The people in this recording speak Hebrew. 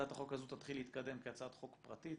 הצעת החוק הזה תתחיל להתקדם כהצעת חוק פרטית,